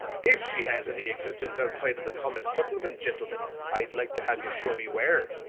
if she has any existence outside of the comic supplement, gentlemen, i'd like to have ye show me where.